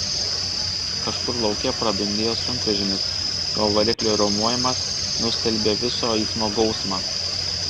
kažkur lauke pradundėjo sunkvežimis jo variklio riaumojimas nustelbė viso eismo gausmą